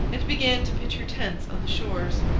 and began to pitch her tents on the shores.